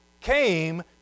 came